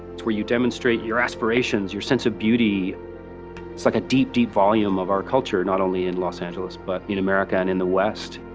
it's where you demonstrate your aspirations your sense of beauty. it's like a deep deep volume of our culture, not only in los angeles, but in america and in the west.